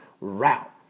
route